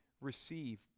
receive